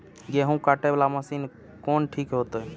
गेहूं कटे वाला मशीन कोन ठीक होते?